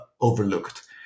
overlooked